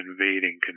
invading